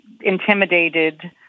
intimidated